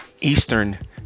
Eastern